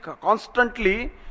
constantly